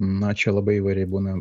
na čia labai įvairiai būna